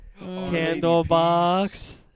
Candlebox